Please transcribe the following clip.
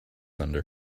under